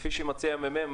כפי שמציע הממ"מ,